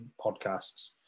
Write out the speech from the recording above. podcasts